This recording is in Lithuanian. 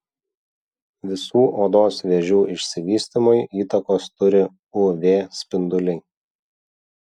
visų odos vėžių išsivystymui įtakos turi uv spinduliai